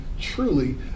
truly